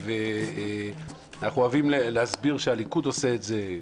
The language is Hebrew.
אנחנו אוהבים להסביר שהליכוד עושה את זה,